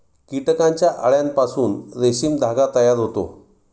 कीटकांच्या अळ्यांपासून रेशीम धागा तयार होतो